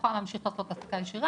יוכל להמשיך לעשות העסקה ישירה,